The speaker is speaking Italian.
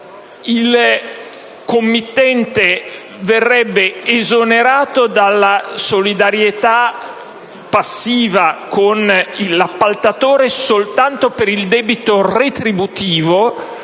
il committente verrebbe esonerato dalla solidarietà passiva con l'appaltatore soltanto per il debito retributivo